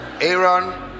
Aaron